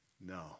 No